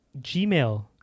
Gmail